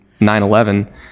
9-11